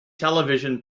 television